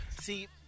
See